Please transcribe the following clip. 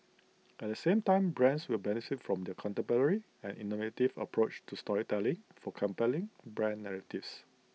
at the same time brands will benefit from their contemporary and innovative approach to storytelling for compelling brand narratives